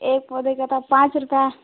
एक पौधे का तब पाँच रुपये